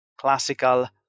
classical